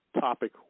topic